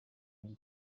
him